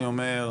אני אומר,